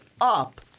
up